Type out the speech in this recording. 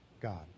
God